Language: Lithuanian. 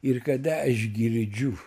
ir kada aš girdžiu